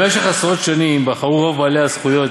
במשך עשרות שנים בחרו רוב בעלי הזכויות